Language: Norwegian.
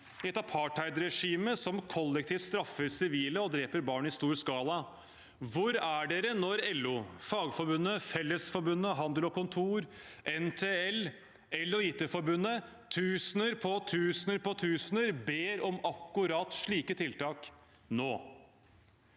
et apartheidregime som kollektivt straffer sivile og dreper barn i stor skala? Hvor er partiet når LO, Fagforbundet, Fellesforbundet, Handel og Kontor, NTL, EL og IT Forbundet, tusener på tusener på tusener, ber om akkurat slike tiltak nå?